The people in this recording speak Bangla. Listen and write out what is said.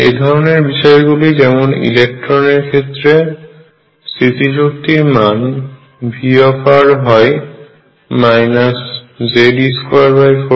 এ ধরনের বিষয়গুলি যেমন ইলেকট্রনের ক্ষেত্রে স্থিতিশক্তির মান V হয় Ze24π0r